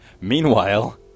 Meanwhile